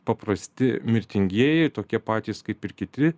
paprasti mirtingieji tokie patys kaip ir kiti